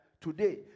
today